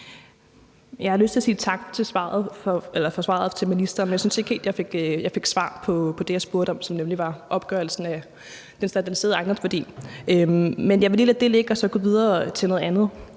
jeg vil lige lade det ligge og så gå videre til noget andet,